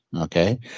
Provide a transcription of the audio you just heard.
Okay